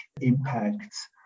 impacts